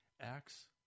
Acts